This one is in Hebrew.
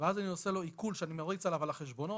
ואז אני עושה לו עיקול שאני מריץ עליו על החשבונות,